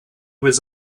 was